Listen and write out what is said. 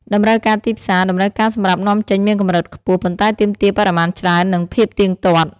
តម្រូវការទីផ្សារ តម្រូវការសម្រាប់នាំចេញមានកម្រិតខ្ពស់ ប៉ុន្តែទាមទារបរិមាណច្រើន និងភាពទៀងទាត់។